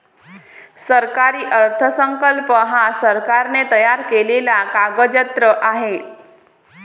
सरकारी अर्थसंकल्प हा सरकारने तयार केलेला कागदजत्र आहे